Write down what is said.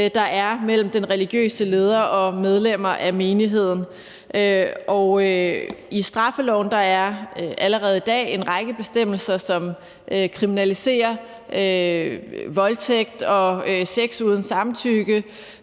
der er mellem den religiøse leder og medlemmer af menigheden. I straffeloven er der allerede i dag en række bestemmelser, som kriminaliserer voldtægt og sex uden samtykke,